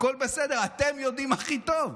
הכול בסדר, אתם יודעים הכי טוב.